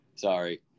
Sorry